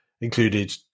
included